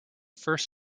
first